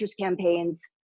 campaigns